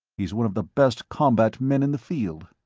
he's one of the best combat men in the field.